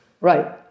Right